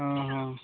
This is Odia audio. ହଁ ହଁ